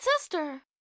sister